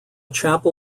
chapel